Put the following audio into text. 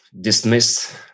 dismissed